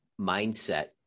mindset